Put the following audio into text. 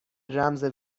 رمز